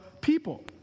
people